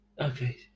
Okay